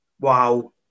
Wow